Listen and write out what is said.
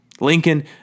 Lincoln